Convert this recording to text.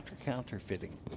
counterfeiting